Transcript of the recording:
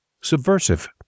subversive